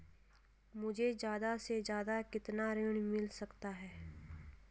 मुझे ज्यादा से ज्यादा कितना ऋण मिल सकता है?